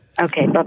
Okay